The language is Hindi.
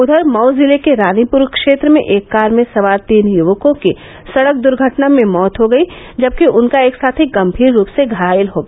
उधर मऊ जिले के रानीपुर क्षेत्र में एक कार में सवार तीन युवकों की सड़क दुर्घटना में मौत हो गयी जबकि उनका एक साथी गम्भीर रूप से घायल हो गया